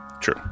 True